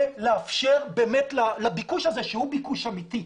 ולאפשר באמת לביקוש הזה שהוא ביקוש אמיתי,